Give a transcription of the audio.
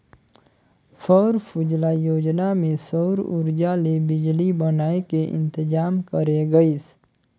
सौर सूजला योजना मे सउर उरजा ले बिजली बनाए के इंतजाम करे गइस